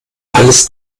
alles